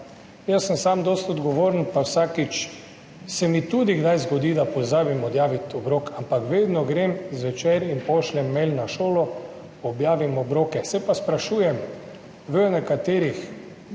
Jaz sem sam dosti odgovoren, pa se mi tudi kdaj zgodi, da pozabim odjaviti obrok, ampak vedno grem zvečer in pošljem mail na šolo, objavim obroke. Se pa sprašujem, v nekaterih